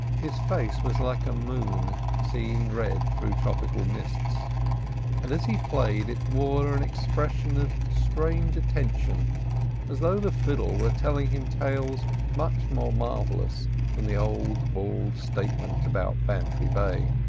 his face was like a moon, seen red through tropical mists and as he played it wore an expression of strained attention as though the fiddle were telling him tales much more marvellous than the old bald statement about bantry bay.